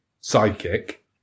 psychic